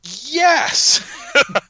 Yes